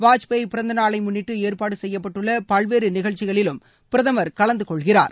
வாஜ்பாயி பிறந்த நாளை முன்னிட்டு ஏற்பாடு செய்யப்பட்டுள்ள பல்வேறு நிகழ்ச்சிகளிலும் பிரதமர் கலந்துகொள்கிறார்